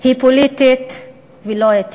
היא פוליטית ולא אתית,